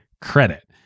credit